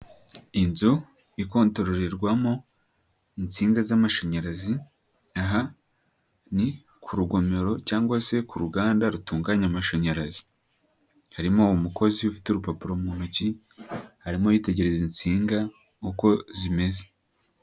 Inzu ikontororerwamo insinga z'amashanyarazi, aha ni ku rugomero cyangwa se ku ruganda rutunganya amashanyarazi. Harimo umukozi ufite urupapuro mu ntoki, arimo yitegereza insinga uko zimeze.